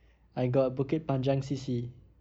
I got bukit panjang C_C